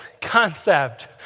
concept